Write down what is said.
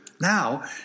now